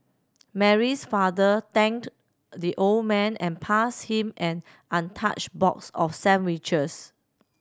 Mary's father thanked the old man and passed him an untouched box of sandwiches